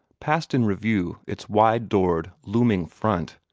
passed in review its wide-doored, looming front,